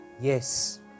Yes